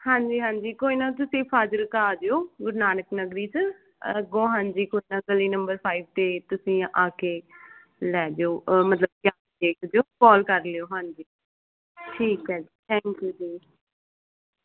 ਹਾਂਜੀ ਹਾਂਜੀ ਕੋਈ ਨਾ ਤੁਸੀਂ ਫਾਜਿਲਕਾ ਆ ਜਿਓ ਗੁਰੂ ਨਾਨਕ ਨਗਰੀ ਚ ਅੱਗੋ ਹਾਂਜੀ ਗੁਰੂ ਨਾਨਕ ਗਲੀ ਨੰਬਰ ਫਾਈਵ ਤੇ ਤੁਸੀਂ ਆ ਕੇ ਲੈ ਜਾਓ ਮਤਲਬ ਦੇਖ ਸਕਦੇ ਹੋ ਕਾਲ ਕਰ ਲਿਓ ਹਾਂਜੀ ਠੀਕ ਹੈ ਜੀ ਥੈੰਕਯੂ ਜੀ